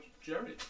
Jerry